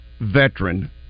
veteran